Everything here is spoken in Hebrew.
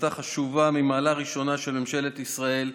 החלטה חשובה ממעלה ראשונה של ממשלת ישראל,